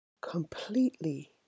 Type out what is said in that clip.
completely